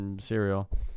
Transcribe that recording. cereal